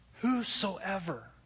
Whosoever